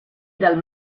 dal